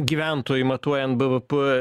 gyventojų matuojant bvp